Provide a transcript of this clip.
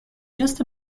just